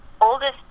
oldest